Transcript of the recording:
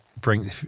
bring